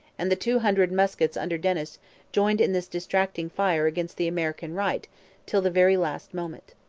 and the two hundred muskets under dennis joined in this distracting fire against the american right till the very last moment.